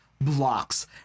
Blocks